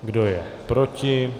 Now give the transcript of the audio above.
Kdo je proti?